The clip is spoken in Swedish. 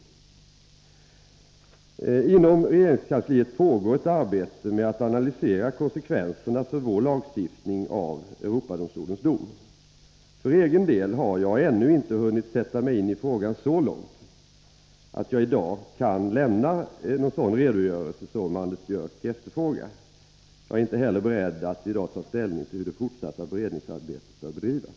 Inom regeringskansliet pågår ett arbete med att analysera konsekvenserna för vår lagstiftning av Europadomstolens dom. För egen del har jag ännu inte hunnit sätta mig in i frågan så långt att jag i dag kan lämna någon sådan redogörelse som Anders Björck efterfrågar. Jag är inte heller beredd att i dag ta ställning till hur det fortsatta beredningsarbetet bör bedrivas.